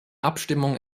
abstimmung